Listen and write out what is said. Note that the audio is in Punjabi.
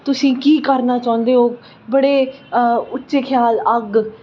ਤੁਸੀਂ ਕੀ ਕਰਨਾ ਚਾਹੁੰਦੇ ਹੋ ਬੜੇ ਉੱਚੇ ਖਿਆਲ ਅੱਗ